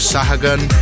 Sahagan